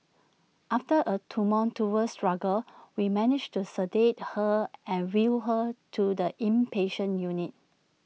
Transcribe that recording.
after A tumultuous struggle we managed to sedate her and wheel her to the inpatient unit